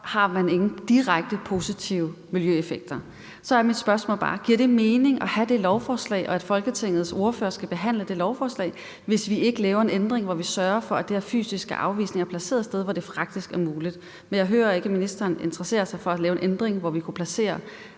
har det ingen direkte positive miljøeffekter. Så er mit spørgsmål bare: Giver det mening at have det lovforslag, og at Folketingets ordførere skal behandle det lovforslag, hvis vi ikke laver en ændring, hvor vi sørger for, at de her fysiske afvisninger er placeret et sted, hvor det praktisk er muligt? Jeg hører ikke, at ministeren interesserer sig for at lave en ændring, hvor vi kunne placere